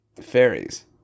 fairies